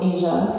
Asia